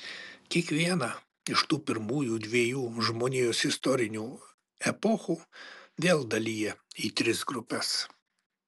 kiekvieną iš tų pirmųjų dviejų žmonijos istorinių epochų vėl dalija į tris grupes